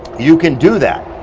you can do that,